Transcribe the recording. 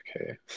Okay